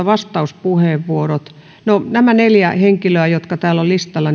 vastauspuheenvuorot näille neljälle henkilölle jotka täällä ovat listalla